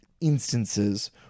instances